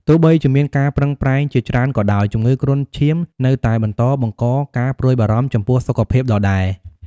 ទោះបីជាមានការប្រឹងប្រែងជាច្រើនក៏ដោយ ជំងឺគ្រុនឈាមនៅតែបន្តបង្កការព្រួយបារម្ភចំពោះសុខភាពដដែល។